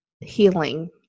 healing